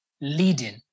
leading